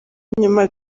nyuma